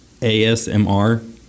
ASMR